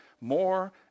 More